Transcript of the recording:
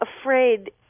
afraid